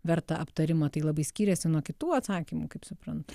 verta aptarimo tai labai skyrėsi nuo kitų atsakymų kaip suprantu